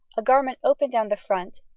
a garment opened down the front,